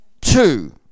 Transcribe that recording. two